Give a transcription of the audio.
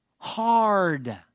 Hard